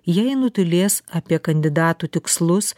jei nutylės apie kandidatų tikslus